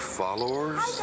followers